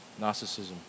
narcissism